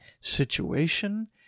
situation